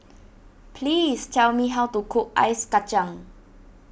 please tell me how to cook Ice Kacang